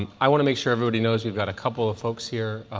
and i want to make sure everybody knows we've got a couple of folks here